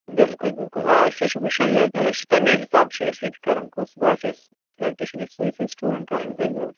بِلکُل بِلکُل آ أسۍ ہے چھِ وُچھان ییٚتہِ ٲسۍ چھِ تَمےَ حساب چھِ أسۍ ییٚتہِ کَران کُس باسہِ اَسہِ پرٛیٚکٹِس چھِنہٕ أسۍ سۭتۍ سۭتۍ سِٹوٗڈںٛٹ کَرٕنۍ یُس اَسہِ باسہِ